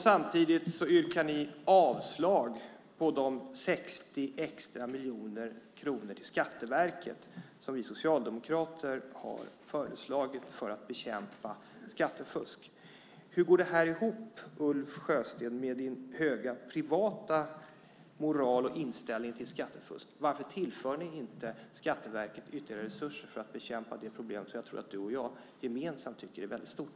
Samtidigt yrkar ni avslag på de 60 extra miljoner kronor till Skatteverket som vi socialdemokrater har föreslagit för att bekämpa skattefusk. Hur går det ihop, Ulf Sjösten, med din höga privata moral och inställning till skattefusk? Varför tillför ni inte Skatteverket ytterligare resurser för att bekämpa det problem som jag tror att både du och jag tycker är väldigt stort?